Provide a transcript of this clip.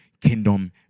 kingdom